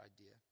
idea